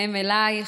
אלייך.